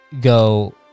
go